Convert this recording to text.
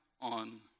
on